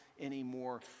anymore